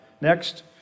Next